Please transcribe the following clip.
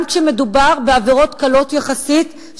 גם כשמדובר בעבירות קלות יחסית,